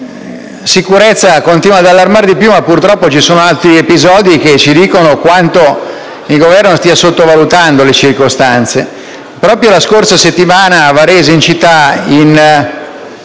sicurezza continua ad allarmare sempre di più, ma purtroppo altri episodi ci dicono quanto il Governo stia sottovalutando le circostanze. Proprio la scorsa settimana a Varese nel centro